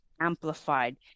amplified